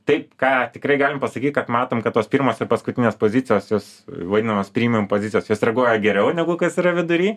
taip ką tikrai galim pasakyt kad matom kad tos pirmos ir paskutinės pozicijos jos vadinamos prymijum pozicijos jos reaguoja geriau negu kas yra vidury